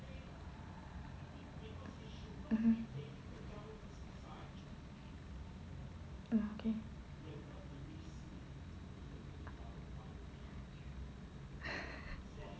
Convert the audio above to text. mmhmm mm okay